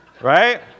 Right